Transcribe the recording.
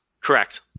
Correct